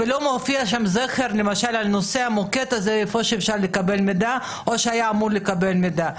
אין שם זכר למוקד בו אפשר לקבל מידע או שבו אמורים לקבל מידע.